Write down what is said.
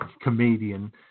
comedian